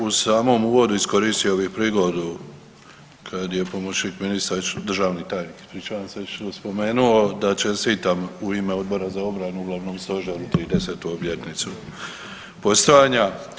U samom uvodu iskoristio bih prigodu kad je pomoćnik ministra, državni tajnik, ispričavam se, već spomenuo, da čestitam u ime Odbora za obranu, Glavnom stožeru 30. obljetnicu postojanja.